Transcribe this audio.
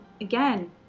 again